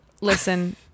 Listen